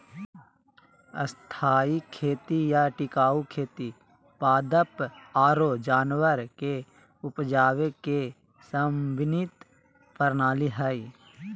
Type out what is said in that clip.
स्थायी खेती या टिकाऊ खेती पादप आरो जानवर के उपजावे के समन्वित प्रणाली हय